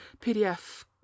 PDF